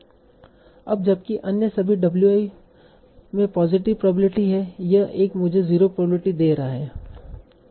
अब जबकि अन्य सभी w i में पॉजिटिव प्रोबेबिलिटी है यह एक मुझे 0 प्रोबेबिलिटी दे रहा है